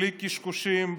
בלי קשקושים,